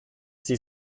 sie